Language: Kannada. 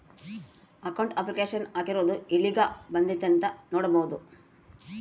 ಅಕೌಂಟ್ ಅಪ್ಲಿಕೇಶನ್ ಹಾಕಿರೊದು ಯೆಲ್ಲಿಗ್ ಬಂದೈತೀ ಅಂತ ನೋಡ್ಬೊದು